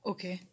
Okay